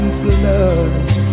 floods